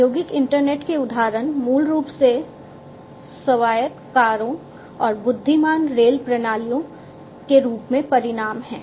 औद्योगिक इंटरनेट के उदाहरण मूल रूप से स्वायत्त कारों और बुद्धिमान रेल प्रणालियों के रूप में परिणाम हैं